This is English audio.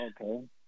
Okay